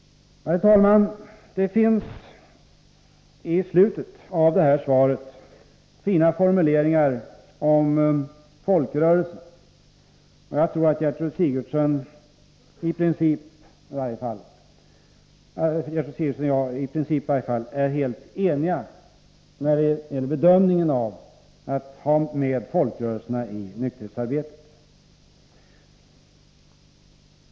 Herr talman! Det finns i slutet av interpellationssvaret fina formuleringar om folkrörelserna. Jag tror att Gertrud Sigurdsen och jag i varje fall i princip är helt eniga när det gäller bedömningen av att ha med folkrörelserna i nykterhetsarbetet.